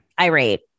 irate